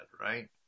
right